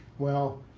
well,